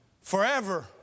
forever